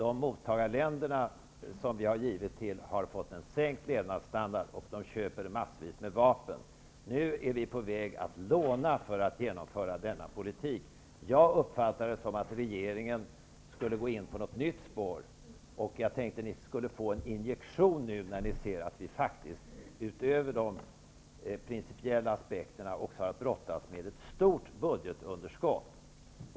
I mottagarländerna har levnadsstandarden sjunkit och i stället har massvis med vapen köpts. Nu är Sverige på väg att låna pengar för att kunna genomföra denna politik. Jag uppfattar det som att regeringen skall gå in på ett nytt spår. Jag tänkte att regeringen skulle få en injektion när regeringen utöver de principiella aspekterna också har att brottas med ett stort budgetunderskott.